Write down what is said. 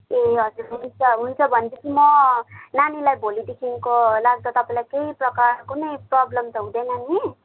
ए हजुर हुन्छ हुन्छ भनेपछि म नानीलाई भोलिदेखिको राख्दा तपाईँलाई केही प्रका प्रोब्लम त हुँदैन नि